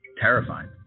Terrified